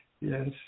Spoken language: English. Yes